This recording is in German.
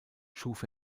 schuf